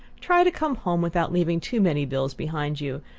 try to come home without leaving too many bills behind you.